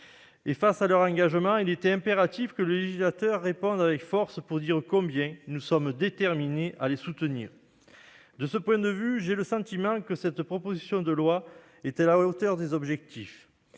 Face à leur engagement, il était impératif que le législateur réponde avec force pour dire combien nous sommes déterminés à les soutenir. De ce point de vue, j'ai le sentiment que cette proposition de loi est à la hauteur des objectifs.